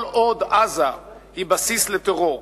כל עוד עזה היא בסיס לטרור,